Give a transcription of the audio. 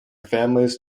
families